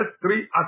three